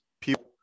people